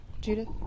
Judith